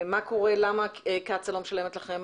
למה קצא"א לא משלמת לכם?